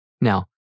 Now